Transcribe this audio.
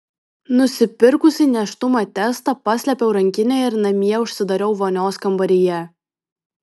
nusipirkusi nėštumo testą paslėpiau rankinėje ir namie užsidariau vonios kambaryje